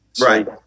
Right